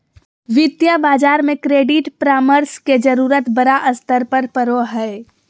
वित्तीय बाजार में क्रेडिट परामर्श के जरूरत बड़ा स्तर पर पड़ो हइ